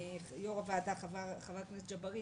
לפחות חברי הכנסת שמסתובבים גם בצפון,